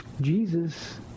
Jesus